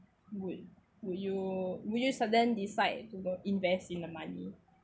would would you would you sudden decide to invest in the money